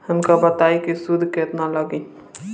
हमका बताई कि सूद केतना लागी?